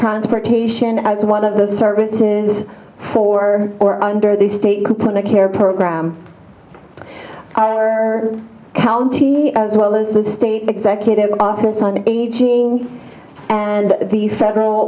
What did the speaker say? transportation as one of the services for or under the state could put in a care program county as well as the state executive office on aging and the federal